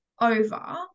over